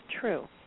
true